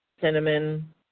cinnamon